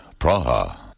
Praha